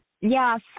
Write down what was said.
Yes